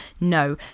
no